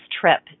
trip